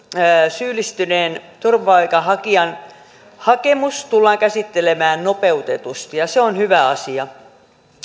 syyllistyneen turvapaikanhakijan hakemus tullaan käsittelemään nopeutetusti ja se on hyvä asia